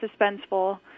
Suspenseful